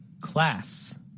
Class